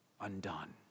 undone